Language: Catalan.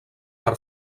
per